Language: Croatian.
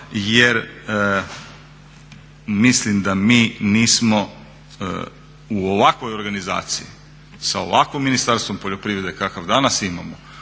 jer mislim da mi nismo u ovakvoj organizaciji sa ovakvim Ministarstvom poljoprivrede kakvo danas imamo